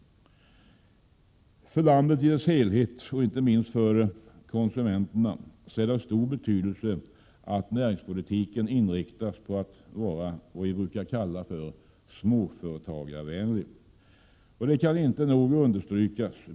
För landet i dess helhet och inte minst för konsumenterna är det av stor betydelse att näringspolitiken inriktas på att vara vad vi brukar kalla småföretagarvänlig.